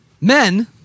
Men